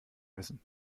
wissen